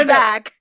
back